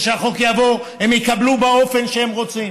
וכשהחוק יעבור הם יקבלו באופן שהם רוצים.